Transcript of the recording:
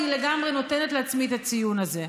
אני לגמרי נותנת לעצמי את הציון הזה.